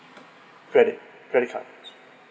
credit credit card